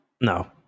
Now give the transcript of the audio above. no